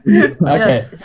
Okay